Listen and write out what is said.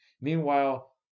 Meanwhile